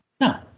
No